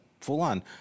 full-on